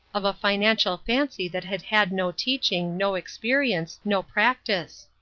of a financial fancy that had had no teaching, no experience, no practice.